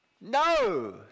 No